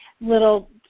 little